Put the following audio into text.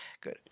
good